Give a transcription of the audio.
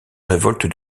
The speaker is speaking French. révolte